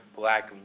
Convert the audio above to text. black